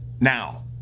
Now